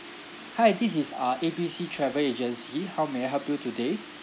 hi this is uh A B C travel agency how may I help you today